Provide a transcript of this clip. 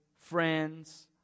friends